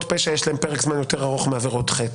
פשע יש פרק זמן יותר ארוך מעבירות חטא.